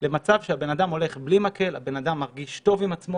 למצב שהוא הולך בלי מקל ושהוא מרגיש טוב עם עצמו